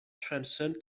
transcend